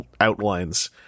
outlines